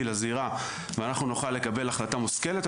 לזירה ואנחנו נוכל לקבל החלטה מושכלת,